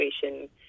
situation